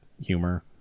humor